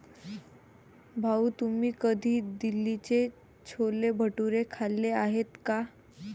भाऊ, तुम्ही कधी दिल्लीचे छोले भटुरे खाल्ले आहेत का?